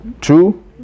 True